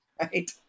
right